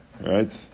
right